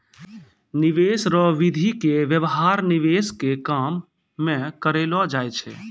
निवेश रो विधि के व्यवहार निवेश के काम मे करलौ जाय छै